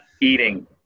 eating